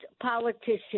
politicians